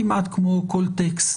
כמעט כמו כל טקסט,